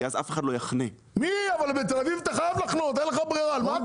כי אחרי זה אף אחד לא יחנה.